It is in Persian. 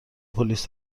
پلیس